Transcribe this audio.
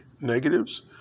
negatives